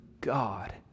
God